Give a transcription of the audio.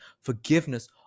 forgiveness